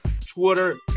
Twitter